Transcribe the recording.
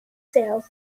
sales